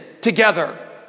together